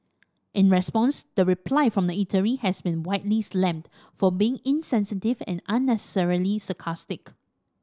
in response the reply from the eatery has been widely slammed for being insensitive and unnecessarily sarcastic